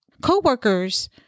co-workers